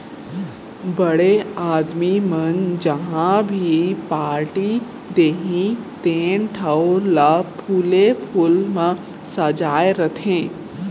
बड़े आदमी मन जहॉं भी पारटी देहीं तेन ठउर ल फूले फूल म सजाय रथें